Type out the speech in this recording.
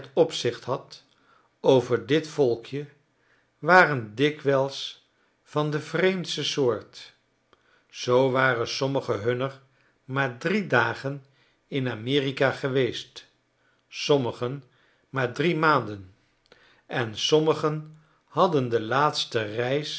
opzicht had over dit volkje waren dikwijls van de vreemdste soort zoo waren sommigen hunner maar drie dagen in a m e r i k a geweest sommigen maar drie maanden en sommigen haddon de laatste reis